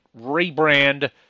rebrand